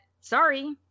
sorry